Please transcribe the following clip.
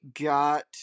got